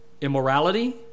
immorality